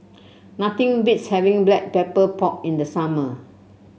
nothing beats having Black Pepper Pork in the summer